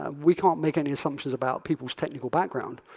um we can't make any assumptions about people's technical background.